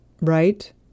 right